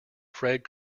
fred